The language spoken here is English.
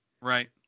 Right